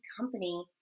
company